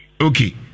Okay